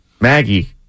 Maggie